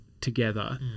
together